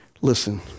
Listen